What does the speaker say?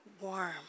Warm